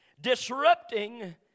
Disrupting